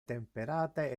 temperate